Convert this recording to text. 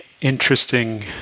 interesting